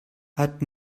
hat